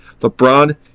LeBron